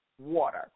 water